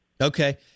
Okay